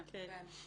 כן.